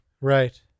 Right